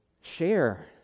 Share